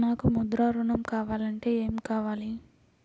నాకు ముద్ర ఋణం కావాలంటే ఏమి కావాలి?